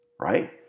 right